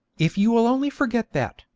if you will only forget that,